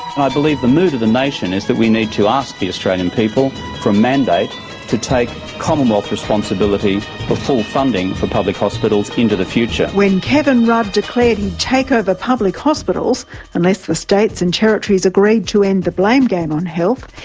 i believe the mood of the nation is that we need to ask the australian people for a mandate to take commonwealth responsibility for full funding for public hospitals into the future. when kevin rudd declared he'd and take ah over public hospitals unless the states and territories agreed to end the blame game on health,